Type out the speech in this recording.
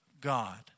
God